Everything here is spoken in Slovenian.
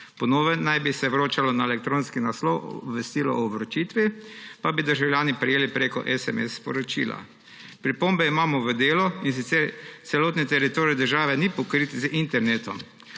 Po novem naj bi se vročalo na elektronski naslov, obvestilo o vročitvi pa bi državljani prejeli preko SMS sporočila. Pripombe imamo v delu, in sicer celoten teritorij države ni pokrit z internetom.